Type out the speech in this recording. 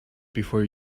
before